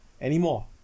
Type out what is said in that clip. anymore